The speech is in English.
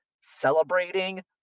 celebrating